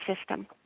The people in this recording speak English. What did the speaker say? system